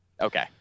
Okay